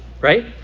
right